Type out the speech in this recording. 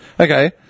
Okay